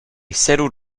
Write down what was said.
settled